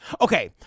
Okay